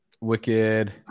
wicked